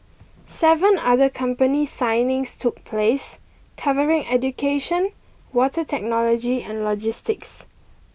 seven other company signings took place covering education water technology and logistics